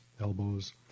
elbows